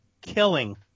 killing